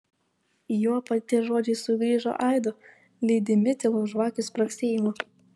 jo paties žodžiai sugrįžo aidu lydimi tylaus žvakių spragsėjimo